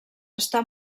està